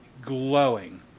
glowing